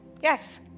Yes